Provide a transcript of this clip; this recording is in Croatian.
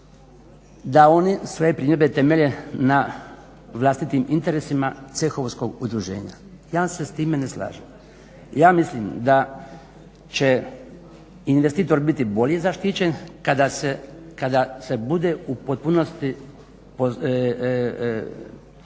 da oni svoje primjedbe temelje na vlastitim interesima cehovskog udruženja. Ja vam se sa tim ne slažem. Ja mislim da će investitor biti bolji zaštićen kada se bude u potpunosti poštivan